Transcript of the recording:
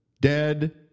Dead